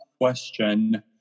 question